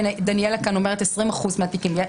דניאלה אומרת 20 אחוזים מהתיקים.